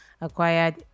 acquired